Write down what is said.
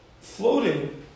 floating